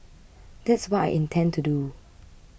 that's what I intend to do